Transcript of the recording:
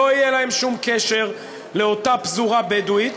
יהיה להן שום קשר לאותה פזורה בדואית.